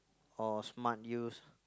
or smart use